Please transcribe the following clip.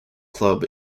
club